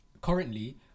currently